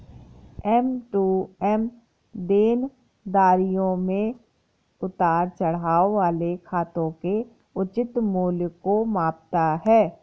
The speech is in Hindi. एम.टू.एम देनदारियों में उतार चढ़ाव वाले खातों के उचित मूल्य को मापता है